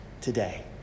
today